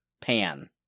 pan